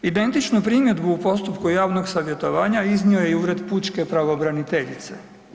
Identičnu primjedbu u postupu javnog savjetovanja iznio je i Ured pučke pravobraniteljice.